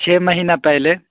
چھ مہینہ پہلے